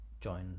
join